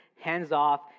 hands-off